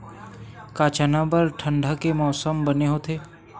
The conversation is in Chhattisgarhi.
का चना बर ठंडा के मौसम बने होथे?